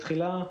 הדיון.